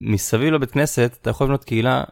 מסביב לבית כנסת אתה יכול לבנות קהילה.